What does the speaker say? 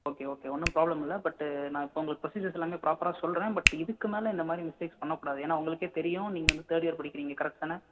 okay okay ஒன்றும் problem இல்லை பட்டு நான் இப்போ உங்களுக்கு ப்ரொஸிஜர்ஸ் எல்லாமே ப்ராப்பராக சொல்கிறேன் பட்டு இதுக்கு மேலே இந்த மாதிரி மிஸ்டேக் பண்ணக்கூடாது ஏன்னா உங்களுக்கே தெரியும் நீங்கள் வந்து தேர்டு இயர் படிக்கிறிங்க கரெக்ட் தானே